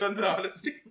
honesty